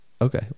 okay